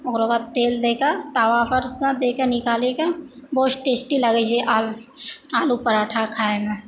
ओकरा बाद तेल दै कऽ तावा पर सँ दे कऽ निकालै क बहुत टेस्टी लागै छै आलू के पराठा खाय मे